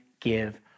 give